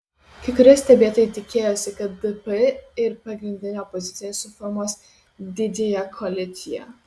kai kurie stebėtojai tikėjosi kad dp ir pagrindinė opozicija suformuos didžiąją koaliciją